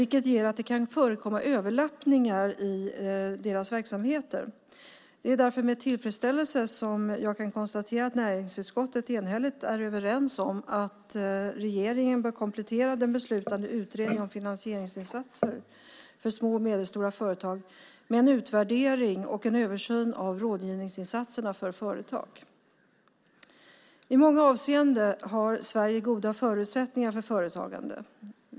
Det gör att det kan förekomma överlappningar i deras verksamheter. Det är därför med tillfredsställelse jag kan konstatera att näringsutskottet enhälligt är överens om att regeringen bör komplettera den beslutande utredningen om finansieringsinsatser för små och medelstora företag med en utvärdering och en översyn av rådgivningsinsatserna för företag. I många avseenden har Sverige goda förutsättningar för företagande.